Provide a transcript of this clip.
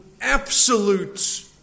absolute